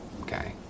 Okay